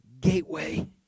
gateway